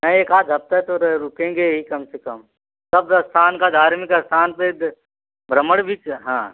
हाँ एकाध हफ्ते तो रुकेंगे ही कम से कम सब स्थान का धार्मिक स्थान से भ्रमण भी हाँ